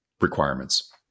requirements